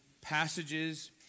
passages